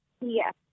Yes